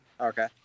Okay